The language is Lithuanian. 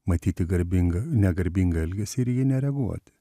matyti garbingą negarbingą elgesį ir į jį nereaguoti